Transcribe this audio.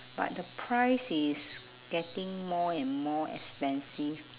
but the price is getting more and more expansive